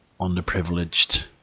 underprivileged